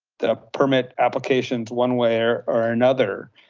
the permit applications one way or or another.